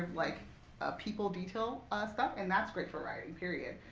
like ah people detail ah stuff. and that's great for writing, period.